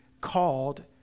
called